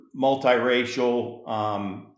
multiracial